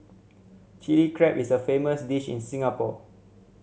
Chilli Crab is a famous dish in Singapore